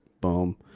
Boom